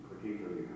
particularly